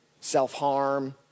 self-harm